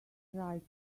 right